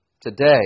Today